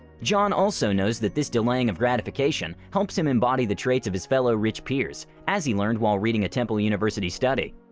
john also knows that this delaying of gratification helps him embody the traits of his fellow rich peers as he learned while reading a temple university study.